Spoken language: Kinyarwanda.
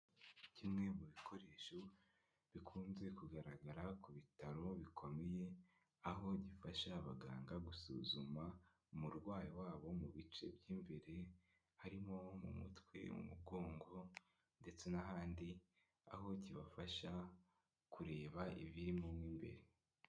Kimwe mu bikoresho bikunze kugaragara ku bitaro bikomeye, aho gifasha abaganga gusuzuma umurwayi wabo mu bice by'imbere. Harimo mu mutwe, mu mugongo ndetse n'ahandi. Aho kibafasha kureba ibirimo mw'imbere.